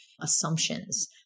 assumptions